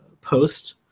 post